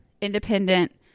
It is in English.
independent